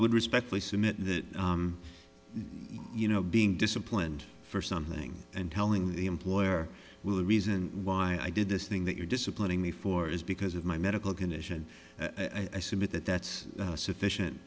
would respectfully submit that you know being disciplined for something and telling the employer will the reason why i did this thing that you're disciplining me for is because of my medical condition i submit that that's sufficient